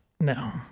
No